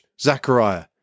Zachariah